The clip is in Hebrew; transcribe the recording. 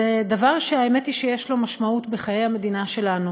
האמת היא שזה דבר שיש לו משמעות בחיי המדינה שלנו